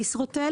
בקורונה ישרוטל